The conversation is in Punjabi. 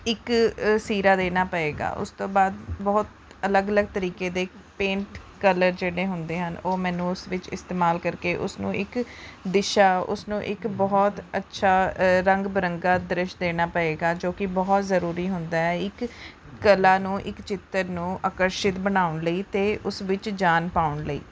ਇੱਕ ਸੀਰਾ ਦੇਣਾ ਪਵੇਗਾ ਉਸਤੋਂ ਬਾਅਦ ਬਹੁਤ ਅਲੱਗ ਅਲੱਗ ਤਰੀਕੇ ਦੇ ਪੇਂਟ ਕਲਰ ਜਿਹੜੇ ਹੁੰਦੇ ਹਨ ਉਹ ਮੈਨੂੰ ਉਸ ਵਿੱਚ ਇਸਤੇਮਾਲ ਕਰਕੇ ਉਸਨੂੰ ਇੱਕ ਦਿਸ਼ਾ ਉਸ ਨੂੰ ਇੱਕ ਬਹੁਤ ਅੱਛਾ ਰੰਗ ਬਰੰਗਾ ਦ੍ਰਿਸ਼ ਦੇਣਾ ਪਵੇਗਾ ਜੋ ਕਿ ਬਹੁਤ ਜ਼ਰੂਰੀ ਹੁੰਦਾ ਹੈ ਇੱਕ ਕਲਾ ਨੂੰ ਇੱਕ ਚਿੱਤਰ ਨੂੰ ਆਕਰਸ਼ਿਤ ਬਣਾਉਣ ਲਈ ਅਤੇ ਉਸ ਵਿੱਚ ਜਾਨ ਪਾਉਣ ਲਈ